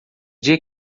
dia